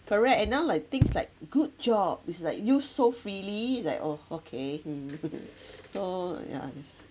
correct and now like things like good job is like used so freely is like oh okay hmm so ya that's